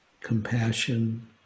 compassion